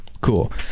Cool